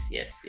Yes